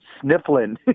sniffling